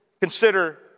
consider